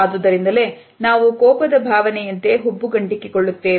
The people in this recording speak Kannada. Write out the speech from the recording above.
ಆದುದರಿಂದಲೇ ನಾವು ಕೋಪದ ಭಾವನೆಯಂತೆ ಹುಬ್ಬುಗಂಟಿಕ್ಕಿ ಕೊಳ್ಳುತ್ತೇವೆ